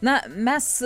na mes